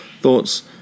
thoughts